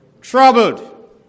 troubled